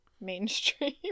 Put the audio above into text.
mainstream